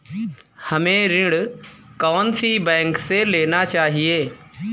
हमें ऋण कौन सी बैंक से लेना चाहिए?